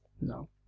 No